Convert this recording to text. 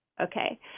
Okay